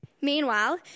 Meanwhile